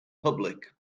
public